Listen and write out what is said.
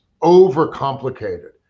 overcomplicated